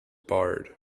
barred